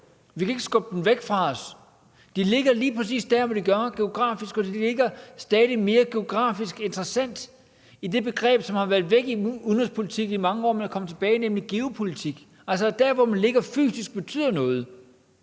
Vi kan ikke skubbe den væk fra os. Det ligger lige præcis der, hvor det gør, geografisk, og det ligger stadig mere geografisk interessant i det begreb, som har været væk i udenrigspolitik i mange år, men er kommet tilbage, nemlig geopolitik, altså at det betyder noget,